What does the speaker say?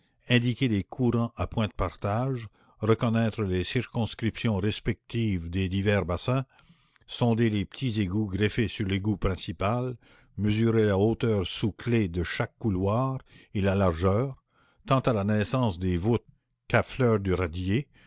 indiquer les courants à points de partage reconnaître les circonscriptions respectives des divers bassins sonder les petits égouts greffés sur l'égout principal mesurer la hauteur sous clef de chaque couloir et la largeur tant à la naissance des voûtes qu'à fleur du radier